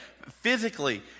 physically